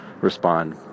respond